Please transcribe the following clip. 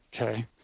Okay